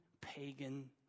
pagan